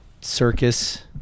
circus